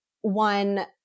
one